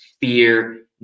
fear